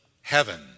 heaven